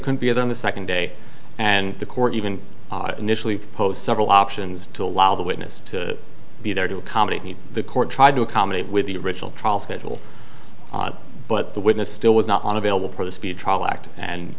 could be on the second day and the court even initially post several options to allow the witness to be there to accommodate the court try to accommodate with the original trial schedule but the witness still was not on available for the spee